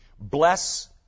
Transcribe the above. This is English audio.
Bless